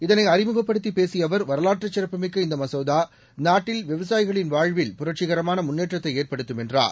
இதனைஅறிமுகப்படுத்திப் பேசியஅவர் வரலாற்றுசிறப்புமிக்க இந்தமசோதாநாட்டில் விவசாயிகளின் வாழ்வில் புரட்சிகரமானமுன்னேற்றத்தைஏற்படுத்தும் என்றார்